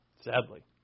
Sadly